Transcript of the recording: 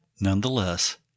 Nonetheless